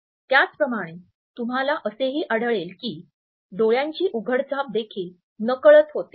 त्याचप्रमाणे तुम्हाला असेही आढळेल की डोळ्यांची उघडझाप देखील नकळत होते